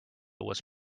was